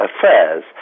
affairs